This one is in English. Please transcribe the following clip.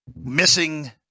missing